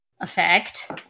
effect